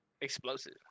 Explosive